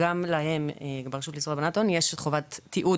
גם ברשות לאיסור הלבנת הון יש חובת תיעוד